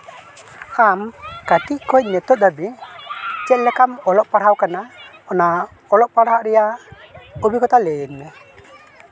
ᱟᱢ ᱠᱟᱹᱴᱤᱡ ᱠᱷᱚᱱ ᱱᱤᱛᱚᱜ ᱫᱷᱟᱹᱵᱤᱡ ᱪᱮᱫ ᱞᱮᱠᱟᱢ ᱚᱞᱚᱜ ᱯᱟᱲᱦᱟᱣ ᱠᱟᱱᱟ ᱚᱱᱟ ᱚᱞᱚᱜ ᱯᱟᱲᱦᱟᱜ ᱨᱮᱭᱟᱜ ᱚᱵᱷᱤᱜᱽᱜᱚᱛᱟ ᱞᱟᱹᱭᱟᱹᱧ ᱢᱮ